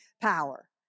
power